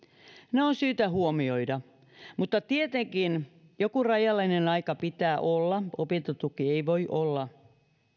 ne on syytä huomioida mutta tietenkin joku rajallinen aika pitää olla opintotuki ei voi olla